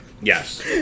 Yes